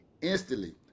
instantly